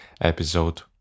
episode